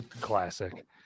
Classic